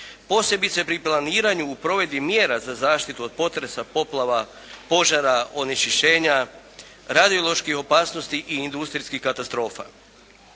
posebice pri planiranju u provedbi mjera za zaštitu od potreba, poplava, požara, onečišćenja, radioloških opasnosti i industrijskih katastrofa.